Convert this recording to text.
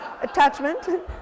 Attachment